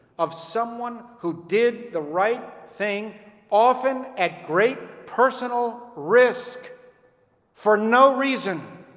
of someone who did the right thing often at great personal risk for no reason